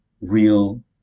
real